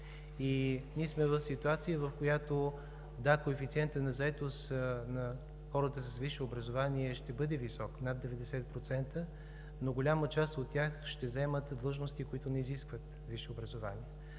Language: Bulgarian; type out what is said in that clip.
И ние сме в ситуация, в която – да, коефициентът на заетост на хората с висше образование ще бъде висок – над 90%, но голяма част от тях ще заемат длъжности, които не изискват висше образование.